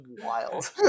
wild